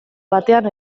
batean